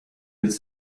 być